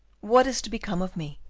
what is to become of me,